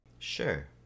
Sure